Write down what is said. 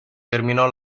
terminò